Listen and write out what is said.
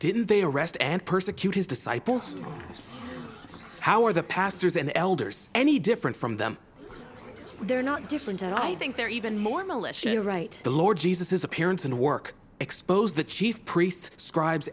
didn't they arrest and persecute his disciples how are the pastors and elders any different from them they're not different i think they're even more militia to write the lord jesus his appearance and work expose the chief priests scribes